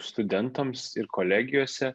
studentams ir kolegijose